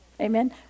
Amen